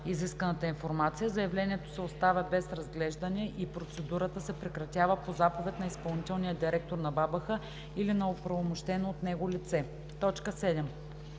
изисканата информация, заявлението се оставя без разглеждане и процедурата се прекратява със заповед на изпълнителния директор на БАБХ или на оправомощено от него лице.“